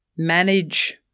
manage